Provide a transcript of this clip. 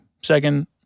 second